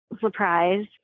Surprise